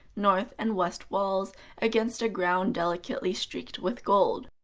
north, and west walls against a ground delicately streaked with gold.